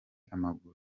amaguru